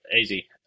easy